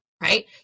right